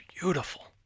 Beautiful